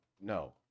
No